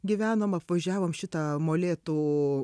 gyvenom apvažiavom šitą molėtų